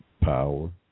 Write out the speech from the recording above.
power